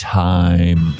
time